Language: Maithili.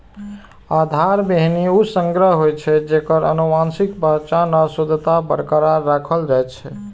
आधार बीहनि ऊ संग्रह होइ छै, जेकर आनुवंशिक पहचान आ शुद्धता बरकरार राखल जाइ छै